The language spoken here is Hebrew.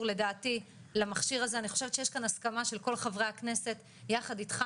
לדעתי למכשיר הזה אני חושבת שיש כאן הסכמה של כל חברי הכנסת יחד איתך,